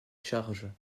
charges